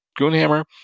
Goonhammer